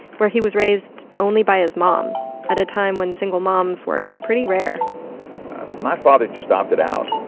where he was raised only by his mom at a time when single moms were pretty rare my father just opted out.